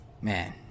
man